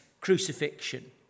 crucifixion